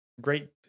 great